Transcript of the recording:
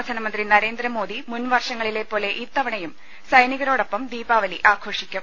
പ്രധാനമന്ത്രി നരേന്ദ്രമോദി മുൻവർഷങ്ങളിലെ പോലെ ഇത്തവണയും സൈനികരോടൊപ്പം ദീപാവലി ആഘോഷി ക്കും